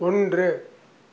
ஒன்று